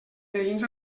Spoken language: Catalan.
veïns